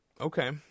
Okay